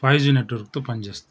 five G నెట్వర్క్తో పనిచేస్తుంది